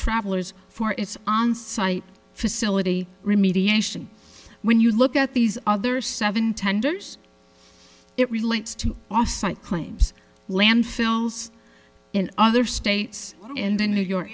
travelers for its onsite facility remediation when you look at these other seven tenders it relates to offsite claims landfills in other states and in new york